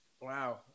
wow